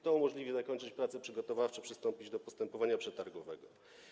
To umożliwi zakończenie prac przygotowawczych, przystąpienie do postępowania przetargowego.